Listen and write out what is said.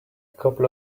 couple